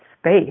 space